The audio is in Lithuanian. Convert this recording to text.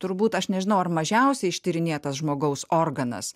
turbūt aš nežinau ar mažiausiai ištyrinėtas žmogaus organas